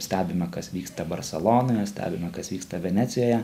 stebime kas vyksta barselonoje stebime kas vyksta venecijoje